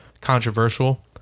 controversial